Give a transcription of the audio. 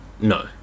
No